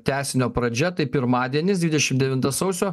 tęsinio pradžia tai pirmadienis dvidešim devinta sausio